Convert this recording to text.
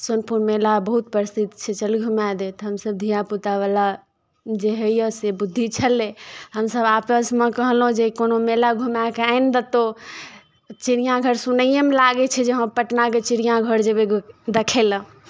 सोनपुर मेला बहुत प्रसिद्ध छै चल घुमाए देब हमसभ धियापुतावला जे होइए से बुद्धि छलय हमसभ आपसमे कहलहुँ जे कोनो मेला घुमाए कऽ आनि देतहु चिड़ियाघर सुनैएमे लागै छै जे हँ पटनाके चिड़ियाघर जेबै देखय लेल